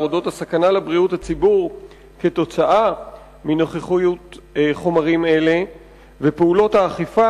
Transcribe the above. הסכנה לבריאות הציבור כתוצאה מנוכחות חומרים אלה ופעולות האכיפה